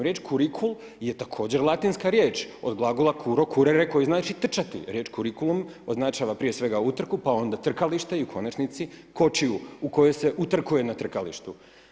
Riječ kurikul je također latinska riječ od glagola currere, curro riječ koja znači trčati, riječ kurikulum označava prije svega utrku pa onda trkalište i u konačnici kočiju u kojoj se utrkuje na trkalištu.